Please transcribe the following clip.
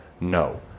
no